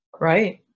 Right